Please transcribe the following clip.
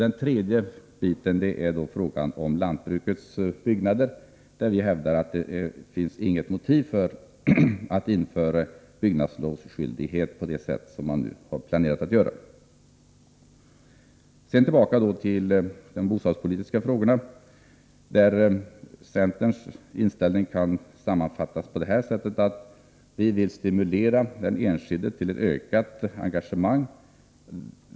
I vad gäller frågan om lantbrukets byggnader hävdar vi att det inte finns något motiv för att införa byggnadslovsskyldighet på det sätt som man har planerat att göra. Sedan tillbaka till de bostadspolitiska frågorna, där centerns inställning kan sammanfattas på följande sätt. Vi vill stimulera den enskilde till ett ökat engagemang.